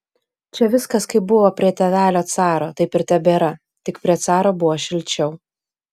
čia viskas kaip buvo prie tėvelio caro taip ir tebėra tik prie caro buvo šilčiau